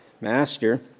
Master